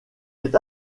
est